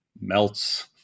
melts